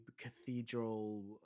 cathedral